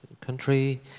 country